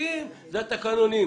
השיפוטיים אלה התקנונים.